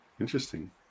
Interesting